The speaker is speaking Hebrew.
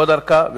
ועוד ארכה,